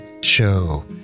Show